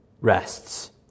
rests